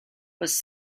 was